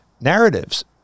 narratives